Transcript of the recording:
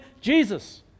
Jesus